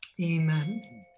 Amen